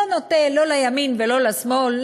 לא נוטה לא לימין ולא לשמאל,